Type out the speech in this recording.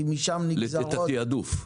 כי משם נגזרות --- את התיעדוף.